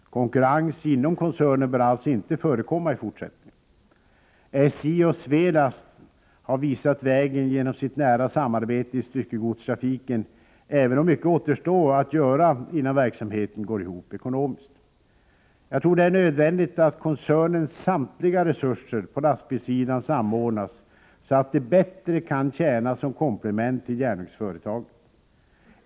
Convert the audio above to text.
Konkurrens inom koncernen bör alltså inte förekomma i fortsättningen. SJ och Svelast har visat vägen genom sitt nära samarbete i styckegodstrafiken, även om mycket återstår att göra innan verksamheten går ihop ekonomiskt. Jag tror det är nödvändigt att koncernens samtliga resurser på lastbilssidan samordnas så att de bättre kan tjäna som komplement till järnvägsföretaget.